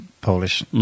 Polish